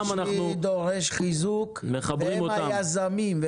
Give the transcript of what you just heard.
המגזר השלישי דורש חיזוק, הם היזמים.